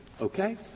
Okay